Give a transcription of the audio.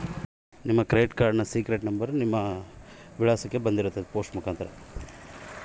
ನನ್ನ credit card ಐತಲ್ರೇ ಅದರ ಸೇಕ್ರೇಟ್ ನಂಬರನ್ನು ಬ್ಯಾಂಕಿಗೆ ಹೋಗಿ ತಗೋಬೇಕಿನ್ರಿ?